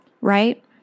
right